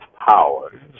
powers